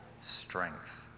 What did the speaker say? strength